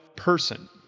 person